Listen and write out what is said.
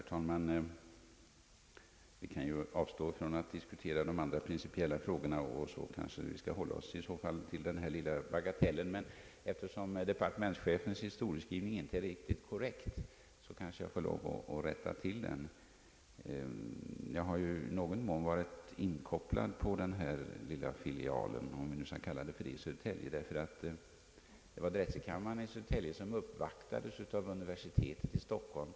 Herr talman! Vi kan ju avstå från att diskutera de andra, principiella frågorna och hålla oss till denna lilla bagatell. Eftersom departementschefens historieskrivning inte är riktigt korrekt, kanske jag får lov att rätta till den. Jag har i någon mån varit inkopplad på denna filial — om vi skall kalla den så — i Södertälje. Det var drätselkammaren i Södertälje som uppvaktades av universitetet i Stockholm.